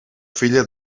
filla